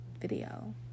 video